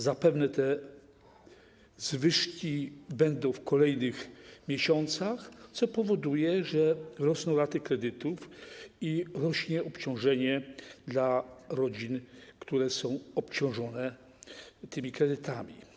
Zapewne te zwyżki będą w kolejnych miesiącach, co powoduje, że rosną raty kredytów i rośnie obciążenie dla rodzin, które są obciążone tymi kredytami.